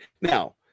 Now